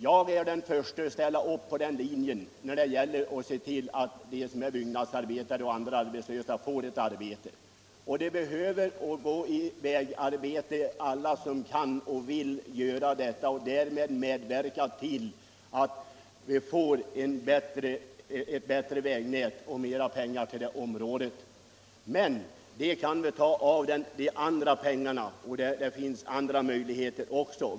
Jag är den förste att ställa upp när det gäller att se till att byggnadsarbetare och andra arbetslösa får ett arbete. Alla som kan och vill gå ut i vägarbete behöver vi ta i anspråk för att åstadkomma ett bättre vägnät: Vi behöver mera pengar till det området. Dessa pengar kan vi få fram av anslagen och det finns också andra möjligheter.